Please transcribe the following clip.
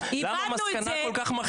למה המסקנה כל כך מרחיקת לכת?